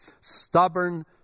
stubborn